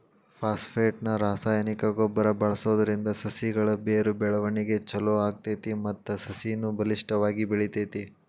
phosphate ನ ರಾಸಾಯನಿಕ ಗೊಬ್ಬರ ಬಳ್ಸೋದ್ರಿಂದ ಸಸಿಗಳ ಬೇರು ಬೆಳವಣಿಗೆ ಚೊಲೋ ಆಗ್ತೇತಿ ಮತ್ತ ಸಸಿನು ಬಲಿಷ್ಠವಾಗಿ ಬೆಳಿತೇತಿ